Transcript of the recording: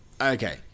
Okay